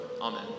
amen